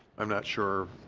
i'm not sure